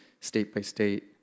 state-by-state